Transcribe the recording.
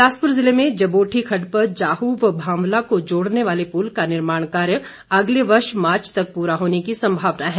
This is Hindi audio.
बिलासपुर जिले में जबोठी खड्ड पर जाहू व भावला को जोडने वाले पुल का निर्माण कार्य अगले वर्ष मार्च तक पूरा होने की संभावना है